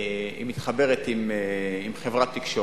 היא מתחברת עם חברת תקשורת.